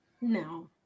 no